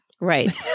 Right